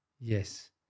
Yes